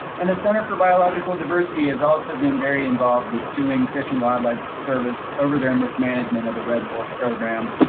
and the center for biological diversity has also been very involved with suing fish and wildlife service over their mismanagement of the red wolf program.